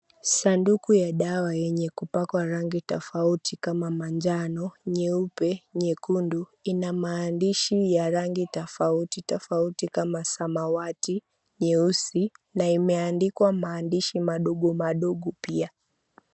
Sanduku ya dawa, yenye kupakwa rangi tofauti kama manjano, nyeupe, nyekundu. Ina maandishi ya rangi tofauti tofauti kama samawati, nyeusi. Na imeandikwa maandishi madogo madogo pia.